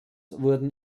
wurden